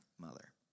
mother